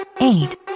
eight